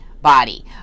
Body